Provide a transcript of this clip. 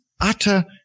utter